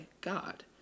God